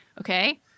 Okay